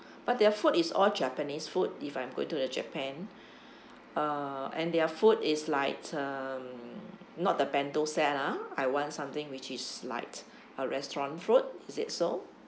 but their food is all japanese food if I'm going to the japan uh and their food is like um not the bento set ah I want something which is like a restaurant food is it so